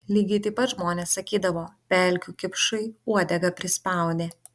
lygiai taip pat žmonės sakydavo pelkių kipšui uodegą prispaudė